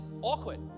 awkward